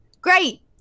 Great